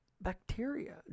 bacteria